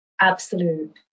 absolute